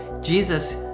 Jesus